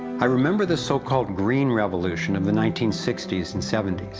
i remember the so-called green revolution in the nineteen sixty s and seventy s.